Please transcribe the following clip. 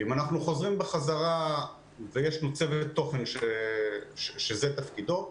יש לנו צוות תוכן שזה תפקידו,